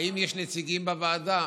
האם יש נציגים בוועדה?